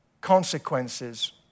consequences